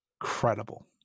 incredible